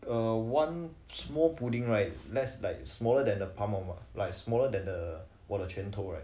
err one small pudding right that's like smaller than the palm of mine like smaller than the 我的拳头 right